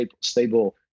stable